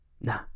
nah